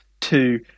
two